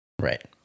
Right